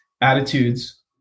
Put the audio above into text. attitudes